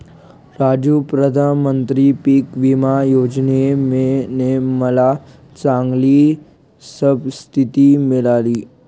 राजू प्रधानमंत्री पिक विमा योजने ने मला चांगली सबसिडी मिळाली